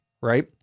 right